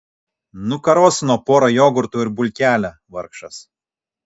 nukarosino pora jogurtų ir bulkelę vargšas